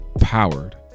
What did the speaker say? powered